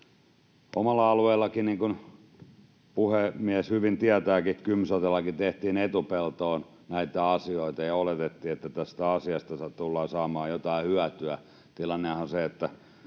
Omalla alueellanikin, niin kuin puhemies hyvin tietääkin, Kymsotella tehtiin etupeltoon näitä asioita ja oletettiin, että tästä asiasta tullaan saamaan jotain hyötyä. Tilannehan on se, että